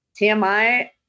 TMI